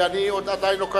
ואני עדיין לא קראתי,